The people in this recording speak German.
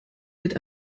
mit